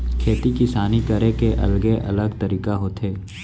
खेती किसानी करे के अलगे अलग तरीका होथे